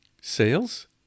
Sales